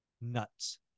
nuts